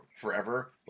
forever